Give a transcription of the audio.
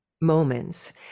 moments